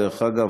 דרך אגב,